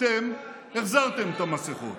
אתם החזרתם את המסכות.